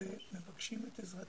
ומבקשים את עזרתה.